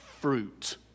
fruit